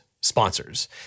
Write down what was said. sponsors